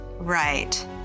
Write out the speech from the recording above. Right